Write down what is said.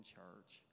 church